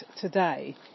today